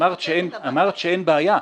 אמרת שאין בעיה,